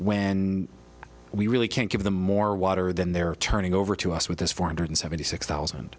when we really can't give them more water than they're turning over to us with this four hundred seventy six thousand